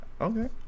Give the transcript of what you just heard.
Okay